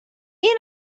این